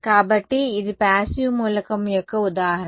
కాబట్టి ఇది ప్యాసివ్ మూలకం యొక్క ఉదాహరణ